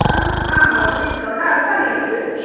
ആ ആ ഒരു ഡിസ്കൗണ്ട് ആക്കാം നിങ്ങൾക്ക്